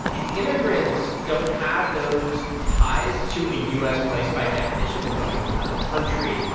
and immigrants don't have those ties to a u s. place, by definition. they're coming from another country.